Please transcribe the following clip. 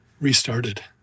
restarted